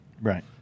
Right